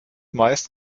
meist